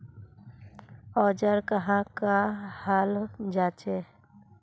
औजार कहाँ का हाल जांचें?